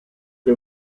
che